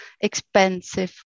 expensive